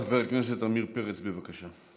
חבר הכנסת עמיר פרץ, בבקשה.